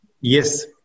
Yes